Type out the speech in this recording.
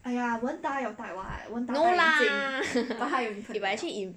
no lah but actually if